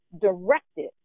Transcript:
Directed